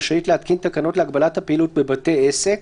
רשאית להתקין תקנות להגבלת הפעילות בבתי עסק,